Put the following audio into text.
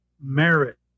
merit